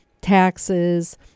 taxes